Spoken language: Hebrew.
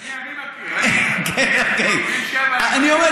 אני מכיר, אני מכיר,